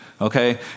okay